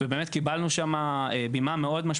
שבמרכזה עידוד חדשנות